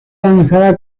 lanzada